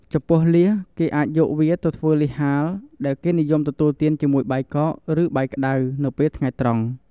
ចំពោះលៀស គេអាចយកវាទៅធ្វើលៀសហាល ដែលគេនិយមទទូលទានជាមួយបាយកក ឬបាយក្តៅ នៅពេលថ្ងៃត្រង់។